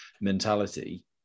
mentality